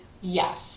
Yes